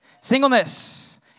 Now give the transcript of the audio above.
Singleness